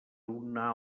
una